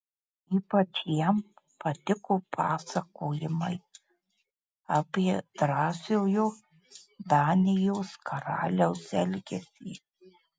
ypač jam patiko pasakojimai apie drąsiojo danijos karaliaus elgesį